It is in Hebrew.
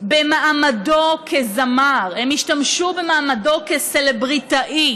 במעמדו כזמר, הם השתמשו במעמדו כסלבריטאי